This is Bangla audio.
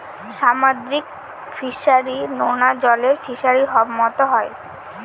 সামুদ্রিক ফিসারী, নোনা জলের ফিসারির মতো হয়